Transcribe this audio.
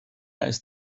ist